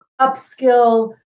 upskill